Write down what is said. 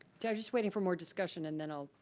yeah just waiting for more discussion and then i'll